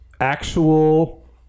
actual